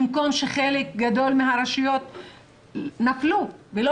במקום שחלק גדול מהרשויות נפלו ולא